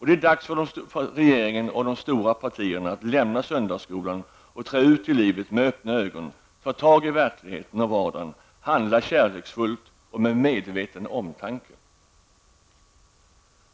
Det är dags för regeringen och de stora partierna att lämna söndagsskolan och träda ut i livet med öppna ögon, ta tag i verkligheten och vardagen, handla kärleksfullt och med medveten omtanke.